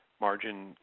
margin